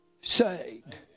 saved